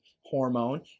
hormone